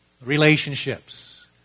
relationships